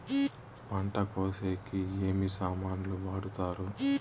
పంట కోసేకి ఏమి సామాన్లు వాడుతారు?